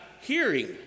hearing